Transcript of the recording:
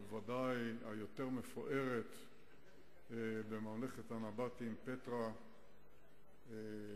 וודאי היותר מפוארת בממלכת הנבטים פטרה המקסימה,